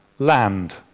land